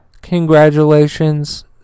congratulations